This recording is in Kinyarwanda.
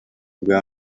bwa